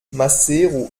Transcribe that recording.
maseru